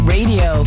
Radio